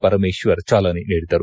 ಪರಮೇಶ್ವರ್ ಜಾಲನೆ ನೀಡಿದರು